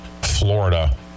florida